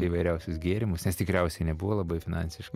įvairiausius gėrimus nes tikriausiai nebuvo labai finansiškai